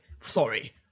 sorry